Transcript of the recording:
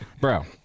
bro